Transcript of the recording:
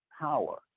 power